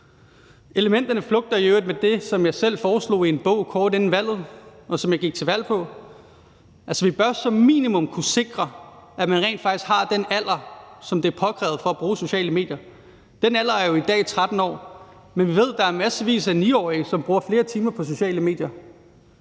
Elementerne flugter i øvrigt med det, som jeg selv foreslog i en bog kort inden valget, og som jeg gik til valg på, nemlig at vi som minimum bør kunne sikre, at man rent faktisk har den alder, som er påkrævet for at bruge sociale medier. Den alder er jo i dag 13 år, men vi ved, at der er massevis af 9-årige, som bruger flere timer på sociale medier,